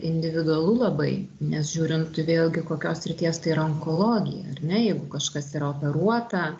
individualu labai nes žiūrint vėlgi kokios srities tai yra onkologija ar ne jeigu kažkas yra operuota